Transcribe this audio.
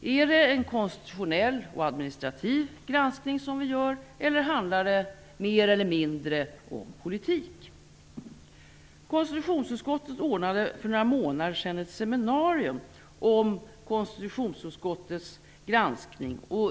Är det en konstitutionell och administrativ granskning som vi gör eller handlar det mer eller mindre om politik? För några månader sedan anordnade konstitutionsutskottet ett seminarium om konstitutionsutskottets granskning.